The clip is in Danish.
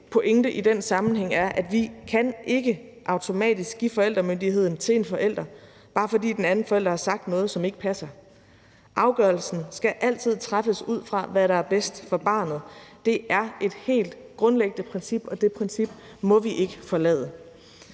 pointe i den sammenhæng er, at vi ikke automatisk kan give forældremyndigheden til en forælder, bare fordi den anden forælder har sagt noget, som ikke passer. Afgørelsen skal altid træffes, ud fra hvad der er bedst for barnet. Det er et helt grundlæggende princip, og det princip må vi ikke forlade.